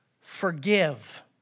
forgive